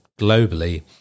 globally